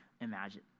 imagine